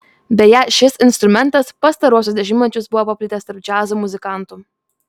beje šis instrumentas pastaruosius dešimtmečius buvo paplitęs tarp džiazo muzikantų